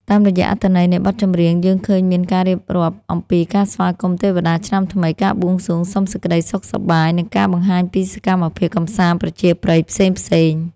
តាមរយៈអត្ថន័យនៃបទចម្រៀង យើងឃើញមានការរៀបរាប់អំពីការស្វាគមន៍ទេវតាឆ្នាំថ្មី ការបួងសួងសុំសេចក្តីសុខសប្បាយ និងការបង្ហាញពីសកម្មភាពកម្សាន្តប្រជាប្រិយផ្សេងៗ។